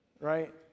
right